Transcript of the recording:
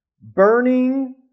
burning